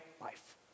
life